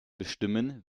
bestimmen